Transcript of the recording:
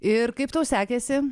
ir kaip tau sekėsi